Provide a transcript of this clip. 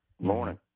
morning